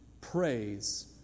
Praise